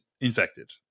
infected